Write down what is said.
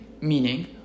Meaning